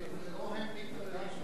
בתקופתך זה לא היה, רוני.